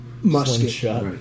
musket